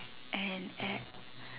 and add